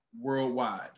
worldwide